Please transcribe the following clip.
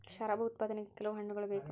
ಶರಾಬು ಉತ್ಪಾದನೆಗೆ ಕೆಲವು ಹಣ್ಣುಗಳ ಬೇಕು